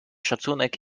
szacunek